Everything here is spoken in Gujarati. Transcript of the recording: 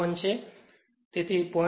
01 છે તેથી 0